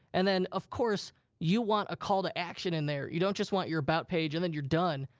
and then of course you want a call to action in there. you don't just want your about page, and then you're done.